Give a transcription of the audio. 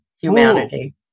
humanity